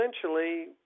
essentially